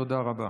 תודה רבה.